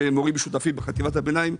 יש מורים משותפים בחטיבת הביניים.